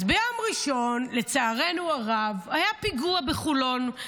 אז ביום ראשון, לצערנו הרב, היה פיגוע בחולון.